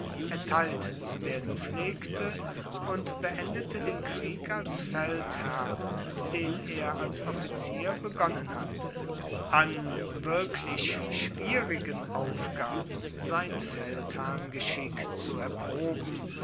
erteilt zu werden pflegte und beendete den krieg als feldherr den er als offizier begonnen hatte an wirklich schwierigen aufgaben sein feldherrngeschick zu erproben